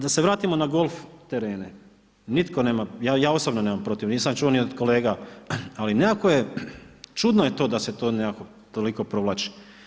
Da se vratimo na golf terene, nitko nema, ja osobno nemam protiv, nismo čuo ni od kolega, ali nekako je, čudno je to da se to nekako toliko provlači.